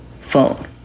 phone